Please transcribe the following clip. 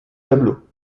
tableaux